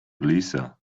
lisa